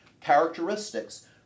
characteristics